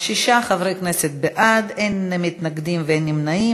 שישה חברי כנסת בעד, אין מתנגדים ואין נמנעים.